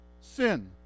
sin